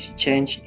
change